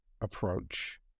approach